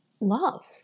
love